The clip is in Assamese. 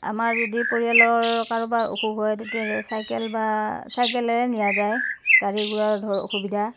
আমাৰ যদি পৰিয়ালৰ কাৰোবাৰ অসুখ হয় তেতিয়া চাইকেল বা চাইকেলেৰে নিয়া যায় গাড়ী ঘূৰাৰ ধৰ অসুবিধা